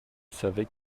savait